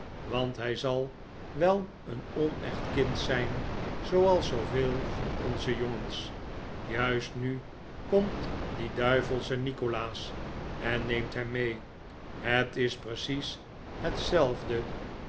want hij zal wel een onecht kind zijn zooals zooveel van onze jongens juist nu komt die duivelsehe nikolaas en neemt hem mee het is precies hetzelfde